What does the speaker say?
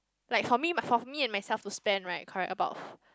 like for me for me and myself to spend right correct about